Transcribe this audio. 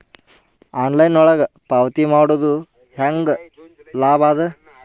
Online ಒಳಗ ಪಾವತಿ ಮಾಡುದು ಹ್ಯಾಂಗ ಲಾಭ ಆದ?